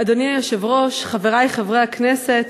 אדוני היושב-ראש, חברי חברי הכנסת,